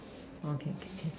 okay can can start already